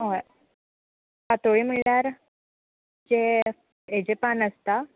हय पातोळी म्हणल्यार जें हेजें पान आसता